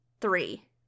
Three